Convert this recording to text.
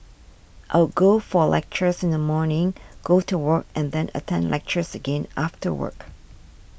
I'll go for lectures in the morning go to work and then attend lectures again after work